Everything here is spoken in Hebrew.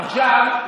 עכשיו,